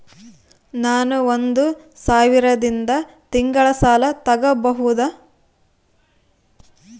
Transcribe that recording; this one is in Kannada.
ನಾನು ಒಂದು ಸಾವಿರದಿಂದ ತಿಂಗಳ ಸಾಲ ತಗಬಹುದಾ?